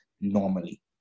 normally